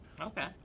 Okay